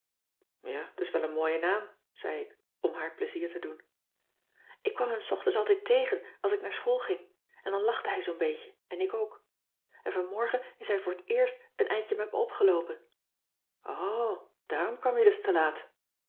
ja t is wel een mooie naam zei ik om haar plezier te doen ik kwam hem s ochtends altijd tegen als ik naar school ging en dan lachte hij zoo'n beetje en ik ook en vanmorgen is hij voor t eerst een eindje met me opgeloopen o daarom kwam je dus te laat